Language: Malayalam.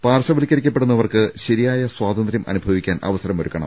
പാർശ്വ വൽക്കരിക്കപ്പെട്ടവർക്ക് ശരിയായ സ്വാതന്ത്രൃം അനുഭവി ക്കാൻ അവസരമൊരുക്കണം